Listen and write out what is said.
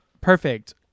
Perfect